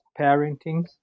parenting